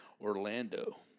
Orlando